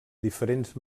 diferents